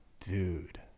Dude